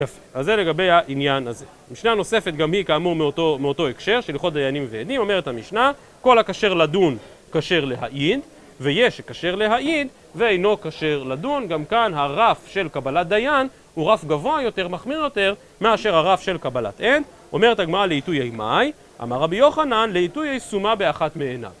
אז זה לגבי העניין הזה. משנה נוספת, גם היא כאמור מאותו הקשר של הלכות דיינים ועדים, אומרת המשנה כל הכשר לדון כשר להעיד ויש כשר להעיד ואינו כשר לדון. גם כאן הרף של קבלת דיין הוא רף גבוה יותר מחמיר יותר מאשר הרף של קבלת עד. אומרת הגמרא לאיתויי מאי, אמר רבי יוחנן, לאיתויי סומא באחת מעיניו.